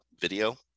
video